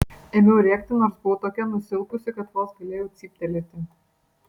ėmiau rėkti nors buvau tokia nusilpusi kad vos galėjau cyptelėti